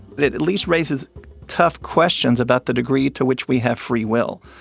it at least raises tough questions about the degree to which we have free will.